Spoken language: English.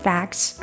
Facts